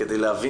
כדי להבין